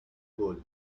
goal